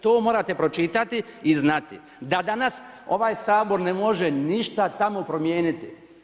To morate pročitati i znati da danas ovaj Sabor ne može ništa tamo promijeniti.